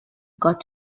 got